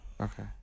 Okay